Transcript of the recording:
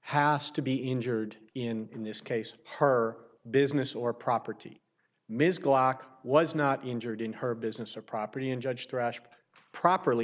has to be injured in in this case her business or property ms glock was not injured in her business or property and judge thrashed properly